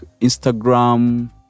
Instagram